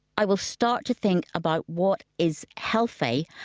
i will start to think about what is healthy,